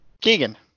Keegan